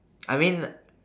I mean